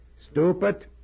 Stupid